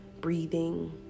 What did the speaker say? breathing